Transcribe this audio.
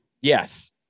Yes